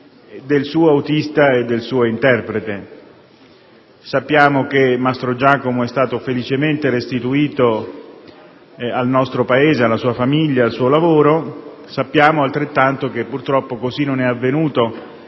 del suo autista e del suo interprete. Sappiamo che Mastrogiacomo è stato felicemente restituito al nostro Paese, alla sua famiglia, al suo lavoro; sappiamo altrettanto che purtroppo questo non è avvenuto